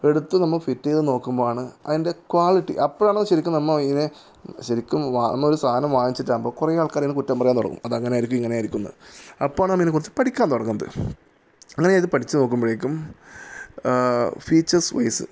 എടുത്ത് നമ്മൾഫിറ്റ് ചെയ്തു നോക്കുമ്പോൾ ആണ് അതിൻ്റെ ക്വാളിറ്റി അപ്പോഴാണ് ശരിക്കും നമ്മൾ ഇതിനെ ശരിക്കും നമ്മൾ ഒരു സാധനം വാങ്ങിച്ചിട്ടാവുമ്പോൾ കുറെ ആൾക്കാർ അതിനെ കുറ്റം പറയാൻ തുടങ്ങും അത് അങ്ങനെയായിരിക്കും ഇങ്ങനെ ആയിരിക്കും എന്ന് അപ്പോഴാന്ന് നമ്മളിതിനെ കുറിച്ച് പഠിക്കാൻ തുടങ്ങുന്നത് അങ്ങനെ ഞാൻ ഇത് പഠിച്ചു നോക്കുമ്പഴേക്കും ഫീച്ചേഴ്സ് വൈസ്